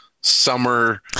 summer